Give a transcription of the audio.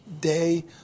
day